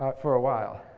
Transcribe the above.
but for a while.